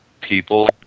People